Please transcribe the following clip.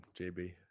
JB